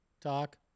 talk